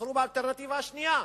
בחרו באלטרנטיבה השנייה,